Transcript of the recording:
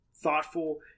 thoughtful